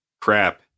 crap